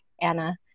Anna